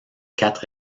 quatre